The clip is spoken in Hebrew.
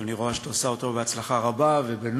ואני רואה שאת עושה אותו בהצלחה רבה ובנועם,